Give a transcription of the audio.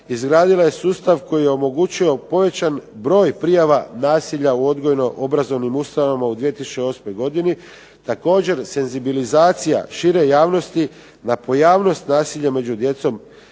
izgradila je sustav koji je omogućio pojačan broj prijava nasilja u odgojno obrazovnim ustavama u 2008. godini, također senzibilizacija šire javnosti na pojavnost nasilja među djecom